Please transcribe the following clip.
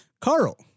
Carl